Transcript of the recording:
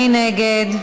מי נגד?